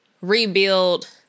rebuild